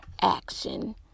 action